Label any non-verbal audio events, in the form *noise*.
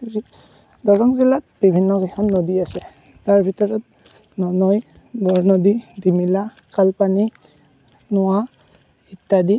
*unintelligible* দৰং জিলাত বিভিন্ন কেইখন নদী আছে যাৰ ভিতৰত ননৈ বৰনদী ডিমিলা কলপানী নোৱা ইত্যাদি